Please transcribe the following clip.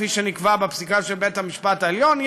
כפי שנקבע בפסיקה של בית-המשפט העליון,